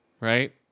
Right